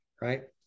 right